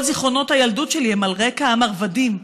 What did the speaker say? כל זיכרונות הילדות שלי הם על רקע המרבדים.